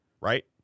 right